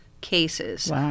cases